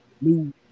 new